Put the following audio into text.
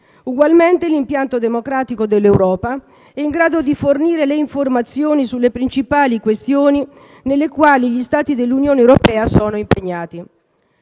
Ugualmente l'impianto democratico dell'Europa è in grado di fornire le informazioni sulle principali questioni nelle quali gli Stati dell'Unione europea sono impegnati.